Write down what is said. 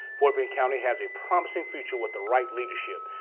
fort bend county has a promising future with the right leadership.